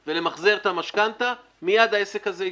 ולמחזר את המשכנתא מיד העסק הזה יתוקן.